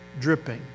dripping